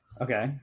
Okay